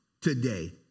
today